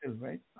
right